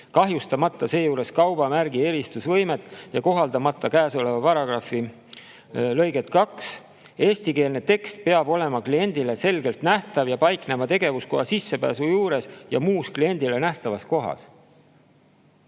kahjustamata seejuures kaubamärgi eristusvõimet ja kohaldamata käesoleva paragrahvi lõiget 2. Eestikeelne tekst peab olema kliendile selgelt nähtav ja paiknema tegevuskoha sissepääsu juures või muus kliendile nähtavas kohas."